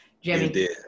Jimmy